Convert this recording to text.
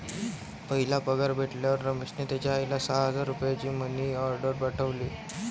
पहिला पगार भेटल्यावर रमेशने त्याचा आईला सहा हजार रुपयांचा मनी ओर्डेर पाठवले